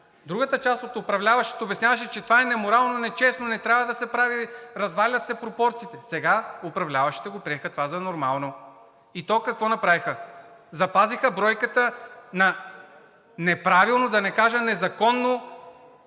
другата част от управляващите обясняваше, че това е неморално, нечестно и не трябва да се прави, развалят се пропорциите. Сега управляващите приеха това за нормално. И то какво направиха? Запазиха бройката на неправилно, да не кажа незаконно